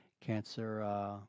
cancer